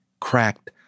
cracked